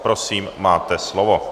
Prosím, máte slovo.